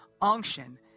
unction